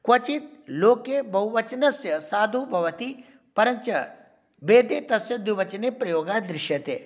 क्वचित् लोके बहुवचनस्य साधुः भवति परञ्च वेदे तस्य द्विवचने प्रयोगः दृश्यते